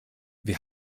wir